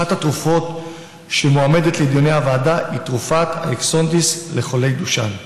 אחת התרופות שמועמדות בדיוני הוועדה היא התרופה אקסונדיס לחולי דוּשָן.